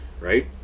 right